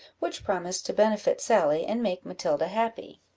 which promised to benefit sally, and make matilda happy.